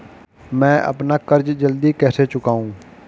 मैं अपना कर्ज जल्दी कैसे चुकाऊं?